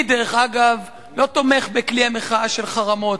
אני, דרך אגב, לא תומך בכלי המחאה של חרמות.